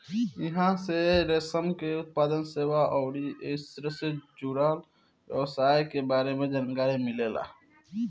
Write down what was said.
इहां से रेशम के उत्पादन, सेवा अउरी ऐइसे जुड़ल व्यवसाय के बारे में जानकारी मिलेला